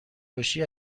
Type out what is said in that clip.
باشی